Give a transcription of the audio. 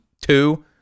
Two